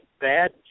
bad